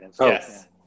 yes